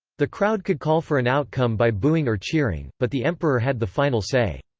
the crowd could call for an outcome by booing or cheering, but the emperor had the final say.